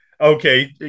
Okay